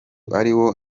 ariko